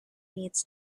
needs